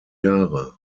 jahre